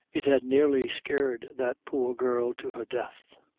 it had nearly scared that poor girl to her death.